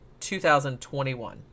2021